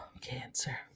Cancer